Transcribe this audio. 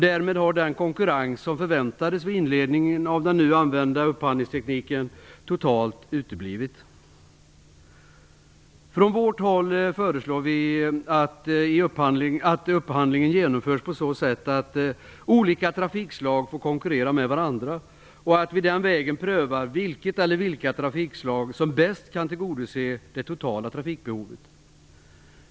Därmed har den konkurrens som förväntades vid inledningen av den nu använda upphandlingstekniken totalt uteblivit. Från vårt håll föreslås att upphandlingen genomförs på så sätt att olika trafikslag får konkurrera med varandra, så att vi den vägen får pröva vilket/vilka trafikslag som bäst kan tillgodose det totala trafikbehovet.